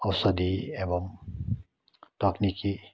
औषधी एवम् तकनिकी